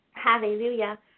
Hallelujah